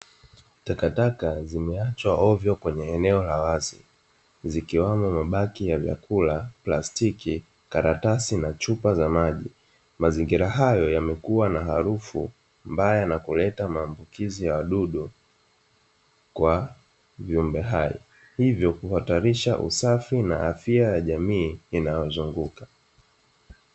Takataka zimeachwa hovyo kwenye eneo la wazi, zikiwemo mabaki ya vyakula, plastiki, karatasi, na chupa za maji. Mazingira hayo yamekuwa na harufu mbaya na kuleta maambukizi ya wadudu kwa viumbe hai. Hivyo, kuhatarisha usafi na afya ya jamii inayowazunguka.